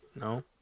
No